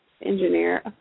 engineer